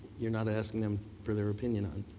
you're not asking them for their opinion. um